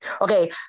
Okay